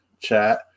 chat